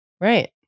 right